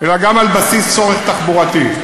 אלא גם על בסיס צורך תחבורתי.